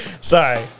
sorry